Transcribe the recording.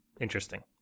Interesting